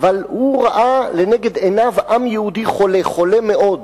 אבל הוא ראה לנגד עיניו עם יהודי חולה, חולה מאוד,